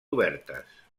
obertes